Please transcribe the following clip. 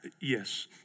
Yes